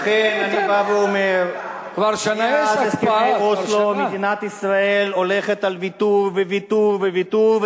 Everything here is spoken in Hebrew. כבר מאז הסכמי אוסלו מדינת ישראל הולכת על ויתור ועוד ויתור ועוד ויתור,